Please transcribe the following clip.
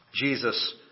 Jesus